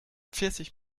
pfirsich